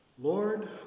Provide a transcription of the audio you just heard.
Lord